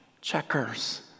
checkers